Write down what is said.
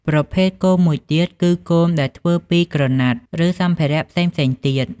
ប្រភេទគោមមួយទៀតគឺគោមដែលធ្វើពីក្រណាត់ ឬសម្ភារៈផ្សេងៗទៀត។